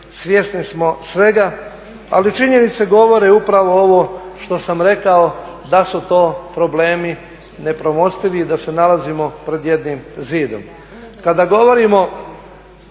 svjesni smo svega, ali činjenice govore upravo ovo što sam rekao da su to problemi nepremostivi i da se nalazimo pred jednim zidom.